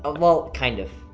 ah well kind of,